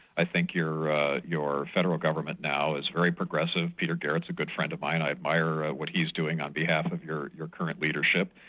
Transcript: i think your your federal government now is very progressive, peter garrett's a good friend of mine, i admire what he's doing on behalf of your your current leadership,